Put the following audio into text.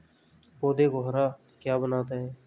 पौधों को हरा क्या बनाता है?